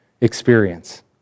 experience